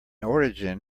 origin